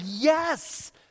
yes